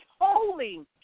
holy